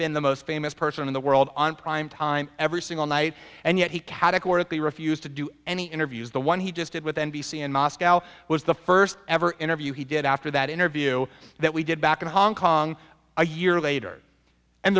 been the most famous person in the world on prime time every single night and yet he categorically refused to do any interviews the one he just did with n b c and moscow was the first ever interview he did after that interview that we did back in hong kong a year later and